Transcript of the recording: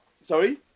Sorry